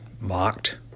mocked